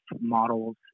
models